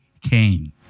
came